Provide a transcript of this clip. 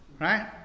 Right